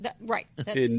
right